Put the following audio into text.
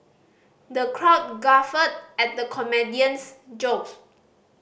the crowd guffawed at the comedian's jokes